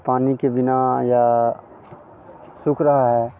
पानी के बिना या सूख रहा है